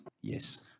Yes